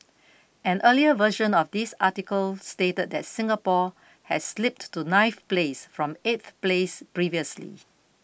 an earlier version of this article stated that Singapore had slipped to ninth place from eighth place previously